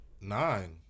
Nine